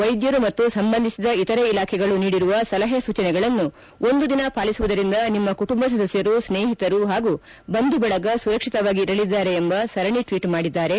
ವೈದ್ದರು ಮತ್ತು ಸಂಬಂಧಿಸಿದ ಇತರೆ ಇಲಾಖೆಗಳು ನೀಡಿರುವ ಸಲಹೆ ಸೂಚನೆಗಳನ್ನು ಒಂದು ದಿನ ಪಾಲಿಸುವುದರಿಂದ ನಿಮ್ಮ ಕುಟುಂಬ ಸದಸ್ಕರು ಸ್ನೇಹಿತರು ಹಾಗೂ ಬಂಧು ಬಳಗ ಸುರಕ್ಷಿತವಾಗಿ ಇರಲಿದ್ದಾರೆ ಎಂದು ಸರಣೆ ಟ್ವೀಟ್ ಮಾಡಿದ್ದಾರೆ